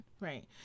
right